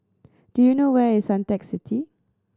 do you know where is Suntec City